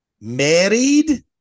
Married